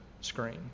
screen